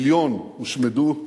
מיליון הושמדו,